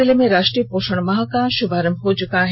लोहरदगा जिले में राष्ट्रीय पोषण माह का शुभारंभ हो चुका है